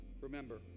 Remember